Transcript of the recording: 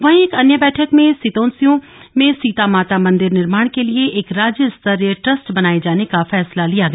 वहीं एक अन्य बैठक में सीतोंस्यू में सीता माता मंदिर निर्माण के लिए एक राज्य स्तरीय ट्रस्ट बनाये जाने का फैसला लिया गया